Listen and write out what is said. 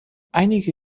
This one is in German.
einige